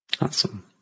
Awesome